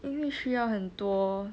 因为需要很多